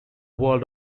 world